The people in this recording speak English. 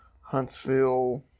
Huntsville